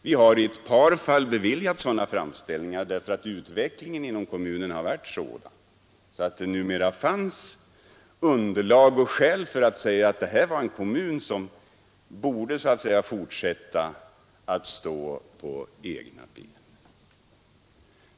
Vi har i ett par fall beviljat sådana framställningar, därför att utvecklingen inom kommunen varit sådan att det numera fanns underlag och skäl för att låta kommunen fortsätta att så att säga stå på egna ben.